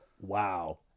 wow